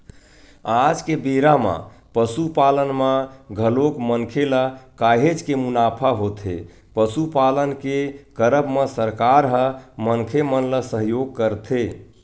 आज के बेरा म पसुपालन म घलोक मनखे ल काहेच के मुनाफा होथे पसुपालन के करब म सरकार ह मनखे मन ल सहयोग करथे